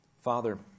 Father